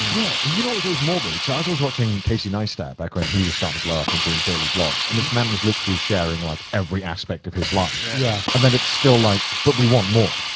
yeah. well, you know, it was always more big, cause i was always watching casey neistat back when he was starting to blow up and doing daily vlogs, and this man was literally sharing like, every aspect of his life. yeah. yeah. and then it's still like, but we want more.